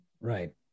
Right